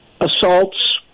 assaults